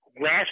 Last